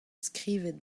skrivet